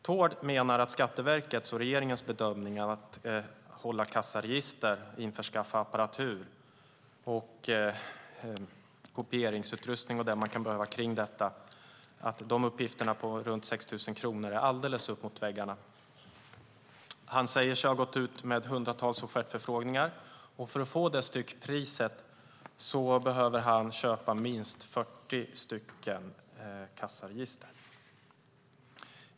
Tord menar att Skatteverkets och regeringens bedömning av att kostnaden för att hålla kassaregister, införskaffa apparatur, kopieringsutrustning och annat som kan behövas för detta skulle vara runt 6 000 kronor är alldeles uppåt väggarna. Tord säger att han har gått ut med hundratals offertförfrågningar. För att få detta styckpris behöver han köpa 40 kassaregister.